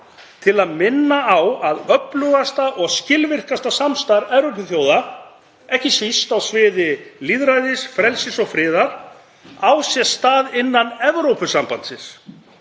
til að minna á að öflugasta og skilvirkasta samstarf Evrópuþjóða, ekki síst á sviði lýðræðis, frelsis og friðar, á sér stað innan Evrópusambandsins.